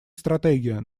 стратегия